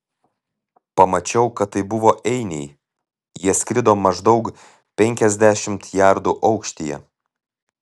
pamačiau kad tai buvo einiai jie skrido maždaug penkiasdešimt jardų aukštyje